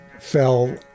fell